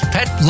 Pet